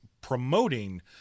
promoting